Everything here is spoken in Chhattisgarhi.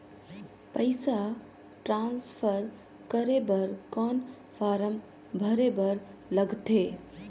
पईसा ट्रांसफर करे बर कौन फारम भरे बर लगथे?